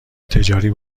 تجاری